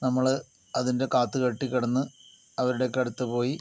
നമ്മള് അതിൻ്റെ കാത്ത് കെട്ടി കിടന്ന് അവരുടെ ഒക്കെ അടുത്ത് പോയി